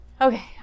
Okay